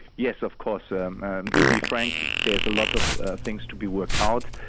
yes, of course. ah um and to be frank, there's a lot of things to be worked out.